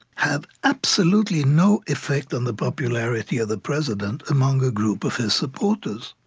have absolutely no effect on the popularity of the president among a group of his supporters.